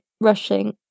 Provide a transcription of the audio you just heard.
Rushing